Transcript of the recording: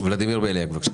ולדימיר בליאק.